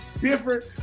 different